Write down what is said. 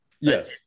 Yes